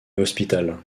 hospital